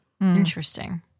Interesting